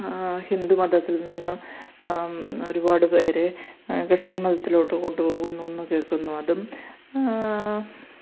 ഹിന്ദുമതത്തിൽ നിന്നും ഒരുപാട് പേർ ക്രിസ്ത്യൻ മതത്തിലോട്ട് കൊണ്ടുപോകുന്നു എന്നും കേൾക്കുന്നു അതും